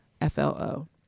F-L-O